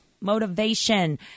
motivation